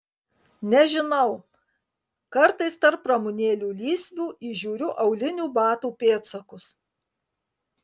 nežinau kartais tarp ramunėlių lysvių įžiūriu aulinių batų pėdsakus